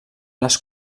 les